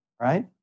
Right